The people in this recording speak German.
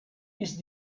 ist